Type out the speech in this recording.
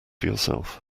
yourself